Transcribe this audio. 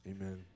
amen